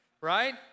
right